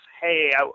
hey